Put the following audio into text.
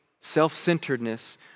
self-centeredness